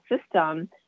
system